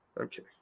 Okay